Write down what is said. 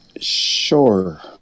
Sure